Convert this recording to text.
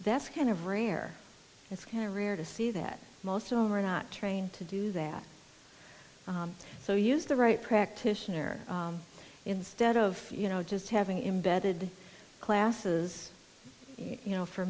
that's kind of rare it's kind of rare to see that most of them are not trained to do that so use the right practitioner instead of you know just having imbedded classes you know for